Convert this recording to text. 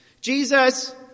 Jesus